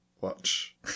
watch